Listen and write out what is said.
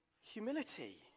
humility